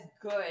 good